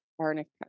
Arnica